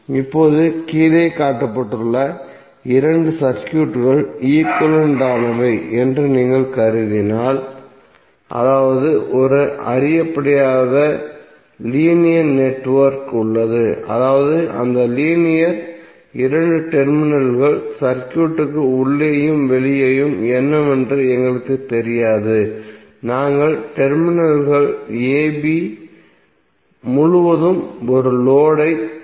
இப்போது கீழே காட்டப்பட்டுள்ள இரண்டு சர்க்யூட்கள் ஈக்விவலெண்ட் ஆனவை என்று நீங்கள் கருதினால் அதாவது ஒரு அறியப்படாத லீனியர் நெட்வொர்க் உள்ளது அதாவது அந்த லீனியர் இரண்டு டெர்மினல்கள் சர்க்யூட்க்கு உள்ளேயும் வெளியேயும் என்னவென்று எங்களுக்குத் தெரியாது நாங்கள் டெர்மினல்கள் a b முழுவதும் ஒரு லோடு ஐ இணைத்துள்ளோம்